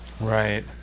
Right